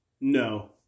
No